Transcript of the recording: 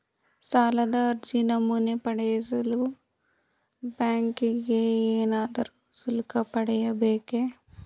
ಸಾಲದ ಅರ್ಜಿ ನಮೂನೆ ಪಡೆಯಲು ಬ್ಯಾಂಕಿಗೆ ಏನಾದರೂ ಶುಲ್ಕ ಪಾವತಿಸಬೇಕೇ?